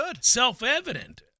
self-evident